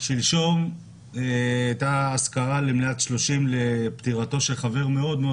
שלשום הייתה אזכרה למליאת 30 לפטירתו של חבר מאוד-מאוד